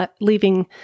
leaving